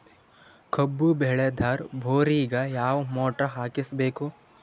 ಕಬ್ಬು ಬೇಳದರ್ ಬೋರಿಗ ಯಾವ ಮೋಟ್ರ ಹಾಕಿಸಬೇಕು?